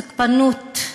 התוקפנות,